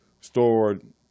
stored